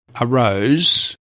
arose